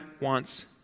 wants